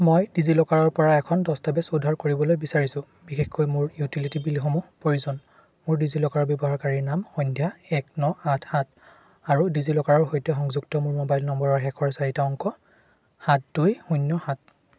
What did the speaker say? মই ডিজিলকাৰৰপৰা এখন দস্তাবেজ উদ্ধাৰ কৰিবলৈ বিচাৰিছো বিশেষকৈ মোক মোৰ ইউটিলিটি বিলসমূহ প্ৰয়োজন মোৰ ডিজিলকাৰ ব্যৱহাৰকাৰীনাম সন্ধ্যা এক ন আঠ সাত আৰু ডিজিলকাৰৰ সৈতে সংযুক্ত মোৰ মোবাইল নম্বৰৰ শেষৰ চাৰিটা অংক সাত দুই শূন্য সাত